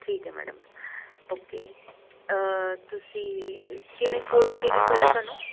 ਠੀਕ ਹੈ madam okay ਤੁਸੀਂ ਕਿਵੇਂ ਕੋਲਡ ਕਿਵੇਂ ਹੋਇਆ ਤੁਹਾਨੂੰ